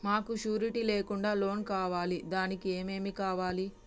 మాకు షూరిటీ లేకుండా లోన్ కావాలి దానికి ఏమేమి కావాలి?